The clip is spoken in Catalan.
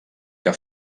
que